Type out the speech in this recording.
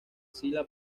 sila